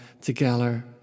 together